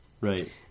right